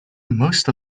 most